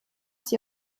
sie